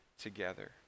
together